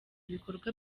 ibikorwa